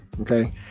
Okay